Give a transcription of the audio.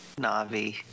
Navi